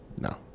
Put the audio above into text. No